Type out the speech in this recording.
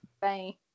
bye